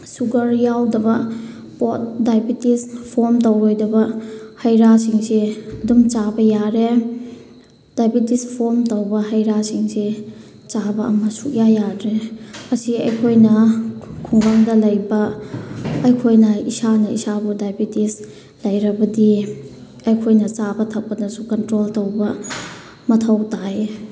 sugar ꯌꯥꯎꯗꯕ ꯄꯣꯠ diabetes form ꯇꯧꯔꯣꯏꯗꯕ ꯍꯩ ꯔꯥꯁꯤꯡꯁꯦ ꯑꯗꯨꯝ ꯆꯥꯕ ꯌꯥꯔꯦ ꯗꯥꯏꯕꯤꯇꯤꯁ ꯐꯣꯝ ꯇꯧꯕ ꯍꯩ ꯔꯥꯁꯤꯡꯁꯦ ꯆꯥꯕ ꯑꯃ ꯁꯨꯛꯌꯥ ꯌꯥꯗ꯭ꯔꯦ ꯑꯁꯤ ꯑꯩꯈꯣꯏꯅ ꯈꯨꯡꯒꯪꯗ ꯂꯩꯕ ꯑꯩꯈꯣꯏꯅ ꯏꯁꯥꯅ ꯏꯁꯥꯕꯨ ꯗꯥꯏꯕꯤꯇꯤꯁ ꯂꯩꯔꯕꯗꯤ ꯑꯩꯈꯣꯏꯅ ꯆꯥꯕ ꯊꯛꯄꯗꯁꯨ ꯀꯟꯇ꯭ꯔꯣꯜ ꯇꯧꯕ ꯃꯊꯧ ꯇꯥꯏꯌꯦ